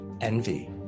envy